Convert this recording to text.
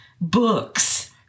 Books